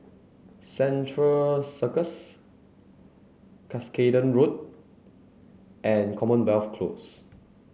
Central Circus Cuscaden Road and Commonwealth Close